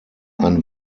ein